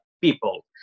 people